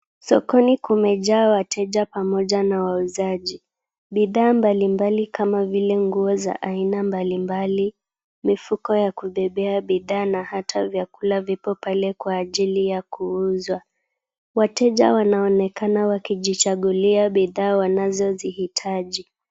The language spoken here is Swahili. Sokoni kumejaa wateja pamoja na wauzaji. Bidhaa mbalimbali kama vile nguo za aina mbalimbali, mifuko ya kubebea bidhaa na hata vyakula vipo pale kwa ajili ya kuuzwa. Wateja wanaonekana wakijichagulia bidhaa wanazozihitaji.